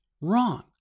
Wrong